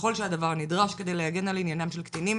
ככל שהדבר נדרש כדי להגן על עניינם של קטינים